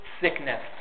sickness